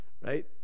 right